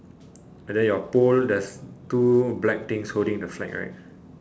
and then your pole there's two black things holding the flag right